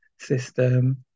system